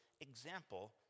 example